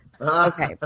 Okay